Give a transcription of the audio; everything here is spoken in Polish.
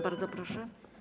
Bardzo proszę.